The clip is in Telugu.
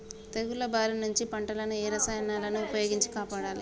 తెగుళ్ల బారి నుంచి పంటలను ఏ రసాయనాలను ఉపయోగించి కాపాడాలి?